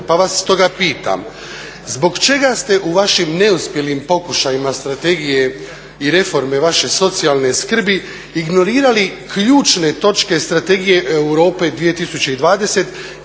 Pa vas stoga pitam zbog čega ste u vašim neuspjelim pokušajima strategije i reforme vaše socijalne skrbi ignorirali ključne točke strategije Europe 2020,